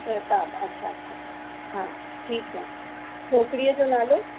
प्रताप अच्छा अच्छा हा ठीकु आहे छोकिरीअ जो नालो